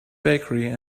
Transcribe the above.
bakery